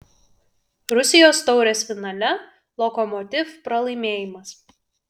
rusijos taurės finale lokomotiv pralaimėjimas